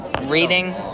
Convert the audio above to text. reading